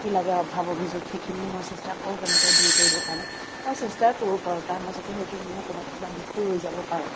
কি লাগে অভাৱ অভিযোগ সেইখিনিও মই চেষ্টা কৰোঁ তেওঁলোকৰ দূৰ কৰিবৰ কাৰণে মই চেষ্টাই কৰিব পাৰোঁ তাৰ মাজতে হয়তো মোৰ ক'ৰবাত কিবা দোষো ৰৈ যাব পাৰে